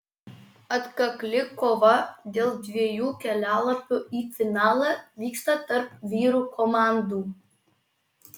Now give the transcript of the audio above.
atkakli kova dėl dviejų kelialapių į finalą vyksta tarp vyrų komandų